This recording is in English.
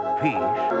peace